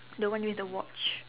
the one with the watch